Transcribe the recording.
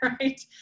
right